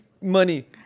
money